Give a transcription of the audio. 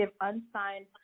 unsigned